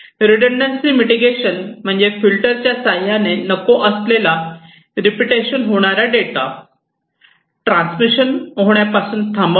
redundancy mitigation म्हणजे filter च्या साह्याने नको असलेलारिपिटेशन होणारा डेटा ट्रान्समिशन होण्या पासून थांबवणे